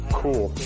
cool